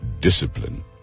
discipline